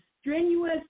strenuous